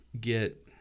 get